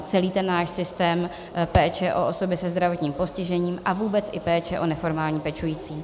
Celý náš systém péče o osoby se zdravotním postižením a vůbec i péče o neformální pečující.